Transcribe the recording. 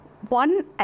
One